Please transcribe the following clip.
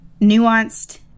nuanced